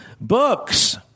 Books